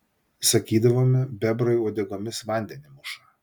sakydavome bebrai uodegomis vandenį muša